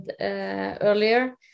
earlier